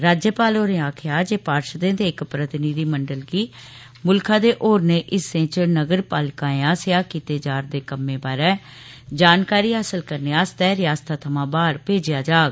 राज्यपाल होरें आक्खेया जे पाषर्दे दे इक प्रतिनिधिमंडल गी मुल्खा दे होरने हिस्सें च नगरपालिकायें आस्सेया कीते जा रदे कम्में बारै जानकारी हासल करने आस्तै रियासता थमां बाहर भेजेया जाग